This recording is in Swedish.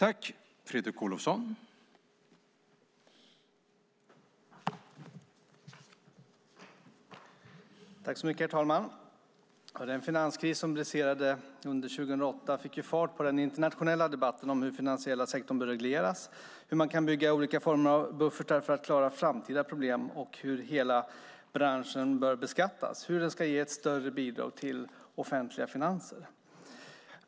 Herr talman! Den finanskris som briserade under 2008 fick fart på den internationella debatten om hur den finansiella sektorn bör regleras, hur man kan bygga olika former av buffertar för att klara framtida problem, hur hela branschen bör beskattas och hur den ska ge ett större bidrag till de offentliga finanserna.